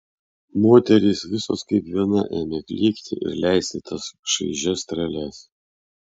moterys visos kaip viena ėmė klykti ir leisti tas šaižias treles